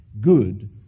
good